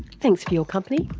thanks for your company,